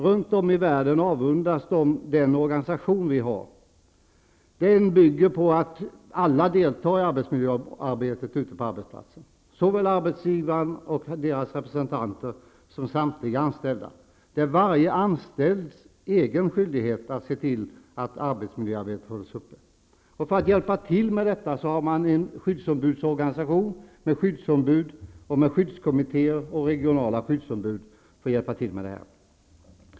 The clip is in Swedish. Runt om i världen avundas man den organisation som vi har. Den bygger på att alla deltar i arbetsmiljöarbetet ute på arbetsplatserna, såväl arbetsgivare och deras representanter som samtliga anställda. Det är varje anställds egen skyldighet att se till att arbetsmiljöarbetet hålls uppe. För att hjälpa till med detta har vi en skyddsombudsorganisation, med skyddsombud och skyddskommittéer samt regionala skyddsombud.